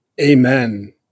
amen